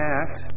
act